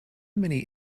many